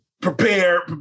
prepare